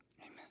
Amen